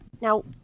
Now